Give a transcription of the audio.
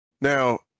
Now